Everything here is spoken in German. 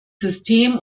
system